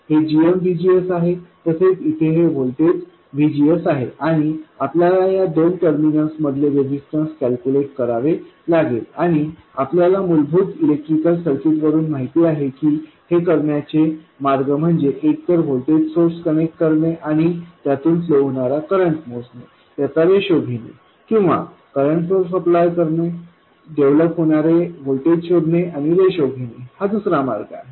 हे gmVGS आहे तसेच इथे हे व्होल्टेज VGS आहे आणि आपल्याला या दोन टर्मिनल्स मधले रेझिस्टन्स कॅल्क्युलेट करावे लागेल आणि आपल्याला मूलभूत इलेक्ट्रिकल सर्किट्सवरून माहित आहे की हे करण्याचा मार्ग म्हणजे एक तर व्होल्टेज सोर्स कनेक्ट करणे आणि त्यामधून फ्लो होणारा करंट मोजणे त्याचा रेशो घेणे किंवा करंट सोर्स अप्लाय करणे डेव्हलप होणारे व्होल्टेज शोधणे आणि रेशो घेणे हा दुसरा मार्ग आहे